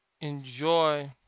enjoy